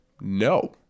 no